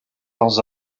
dans